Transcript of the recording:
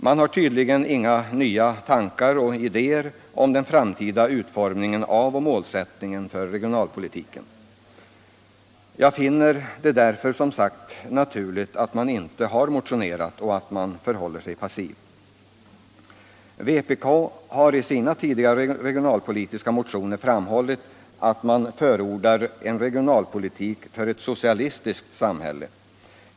Man har tydligen inga nya tankar och idéer om den framtida utformningen av och målsättningen för regionalpolitiken som man nu vill framföra. Jag finner det därför som sagt naturligt att man inte har motionerat och att man förhåller sig passiv. Vpk har i sina tidigare regionalpolitiska motioner framhållit att man förordar en regionalpolitik för ett socialistiskt samhälle.